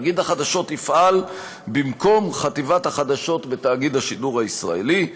תאגיד החדשות יפעל במקום חטיבת החדשות בתאגיד השידור הישראלי.